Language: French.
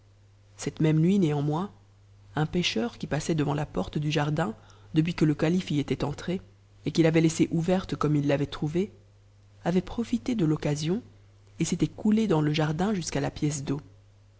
cette même nuit néanmoins un pêcheur qui passait devant la porte du jardin depuis que le calife y était entré et qu'il avait laissée ouverte comme il ait trouvée avait profité de l'occasion et s'était coulé dans le jardin jusqu'à la pièce d'eau